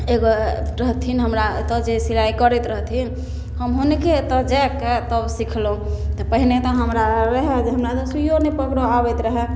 एगो रहथिन हमरा ओतऽ जे सिलाइ करैत रहथिन हम हुनके एतऽ जाकऽ तब सिखलहुँ तऽ पहिने तऽ हमरा रहै जे हमरा सुइओ नहि पकड़ऽ अबैत रहै